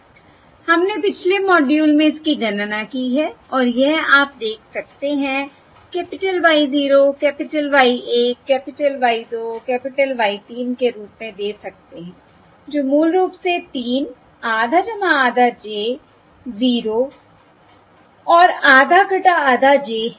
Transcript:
हमने पिछले मॉड्यूल में इसकी गणना की है और यह आप देख सकते हैं capital Y 0 capital Y 1 capital Y 2 capital Y 3 के रूप में दे सकते हैं जो मूल रूप से 3 आधा आधा j 0 और आधा आधा j है